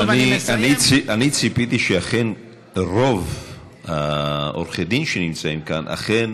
אני ציפיתי שרוב עורכי הדין שנמצאים כאן אכן